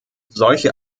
solche